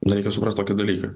na reikia suprast tokį dalyką